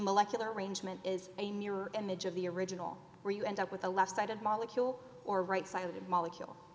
molecular arrangement is a mirror image of the original where you end up with the left side of molecule or right side of the molecule